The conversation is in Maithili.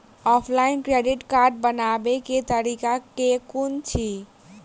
ऑफलाइन क्रेडिट कार्ड बनाबै केँ तरीका केँ कुन अछि?